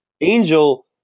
Angel